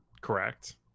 Correct